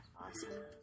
Awesome